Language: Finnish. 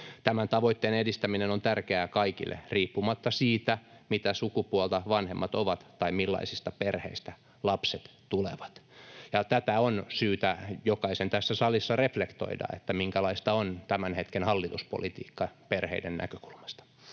Tämän tavoitteen edistäminen on tärkeää kaikille riippumatta siitä, mitä sukupuolta vanhemmat ovat tai millaisista perheistä lapset tulevat. Ja tätä on syytä jokaisen tässä salissa reflektoida, minkälaista on tämän hetken hallituspolitiikka perheiden näkökulmasta.